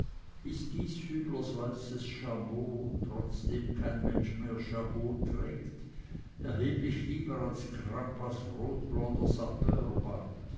weißes jabot trotzdem kein mensch mehr jabots trägt erheblich lieber als crampas rot blonder